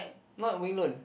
not we learn